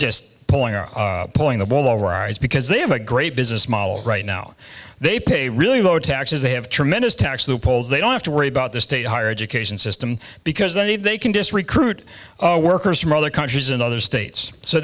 just pulling out pulling the wool over our eyes because they have a great business model right now they pay really low taxes they have tremendous tax loopholes they don't have to worry about the state higher education system because then if they can just recruit workers from other countries in other states so